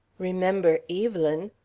remember evelyn!